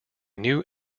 new